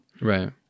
Right